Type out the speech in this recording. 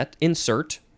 insert